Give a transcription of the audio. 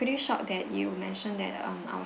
pretty shocked that you mentioned that um